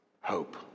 hope